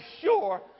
sure